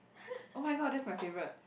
oh-my-god that's my favourite